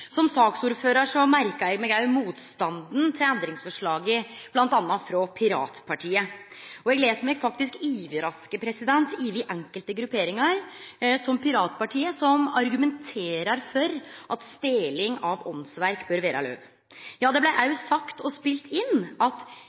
Som saksordførar merkar eg meg òg motstanden til endringsforslaget, bl.a. frå Piratpartiet. Eg lèt meg faktisk overraske over enkelte grupperingar, som Piratpartiet, som argumenterer for at det å stele åndsverk bør vere lov. Ja, det blei òg sagt og spelt inn at